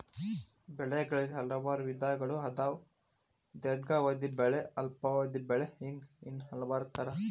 ಬೆಳೆಗಳಲ್ಲಿ ಹಲವಾರು ವಿಧಗಳು ಅದಾವ ದೇರ್ಘಾವಧಿ ಬೆಳೆ ಅಲ್ಪಾವಧಿ ಬೆಳೆ ಹಿಂಗ ಇನ್ನೂ ಹಲವಾರ ತರಾ